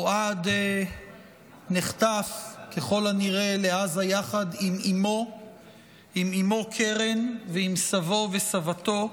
אוהד נחטף ככל הנראה לעזה יחד עם אימו קרן ועם סבו וסבתו.